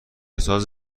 ساز